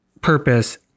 purpose